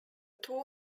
two